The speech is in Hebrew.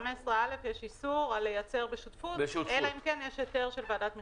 -- ב-15(א) יש איסור לייצר בשותפות אלא אם כן יש היתר של ועדת מכסות.